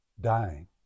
dying